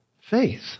Faith